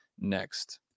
next